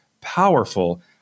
powerful